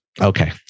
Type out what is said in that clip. okay